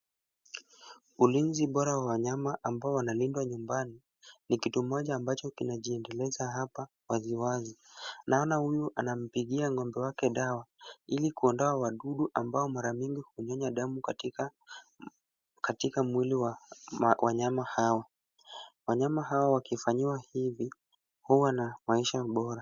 Ulinzi bora wa wanyama ambao wanalindwa nyumbani ni kitu moja ambacho kinajiendeleza hapa waziwazi. Naona huyu anampigia ng'ombe wake dawa ili kuondoa wadudu ambao mara mingi hunyonya damu katika mwili wa wanyama hawa. Wanyama hawa wakifanyiwa hivi huwa na maisha bora.